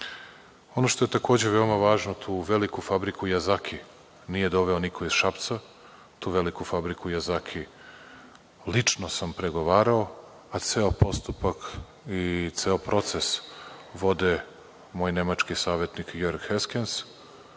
što je takođe veoma važno, tu veliku fabriku „Jazaki“ nije doveo niko iz Šapca. Tu veliku fabriku „Jazaki“ lično sam pregovarao, a ceo postupak i ceo proces vode moj nemački savetnik Jorg Haskens